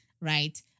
right